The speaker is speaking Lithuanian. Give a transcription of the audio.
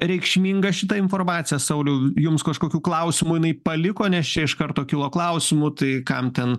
reikšminga šita informacija sauliau jums kažkokių klausimų jinai paliko nes čia iš karto kilo klausimų tai kam ten